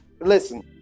Listen